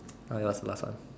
uh it was the last one